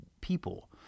people